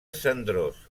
cendrós